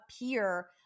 appear